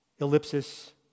ellipsis